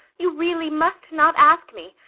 you really must not ask me.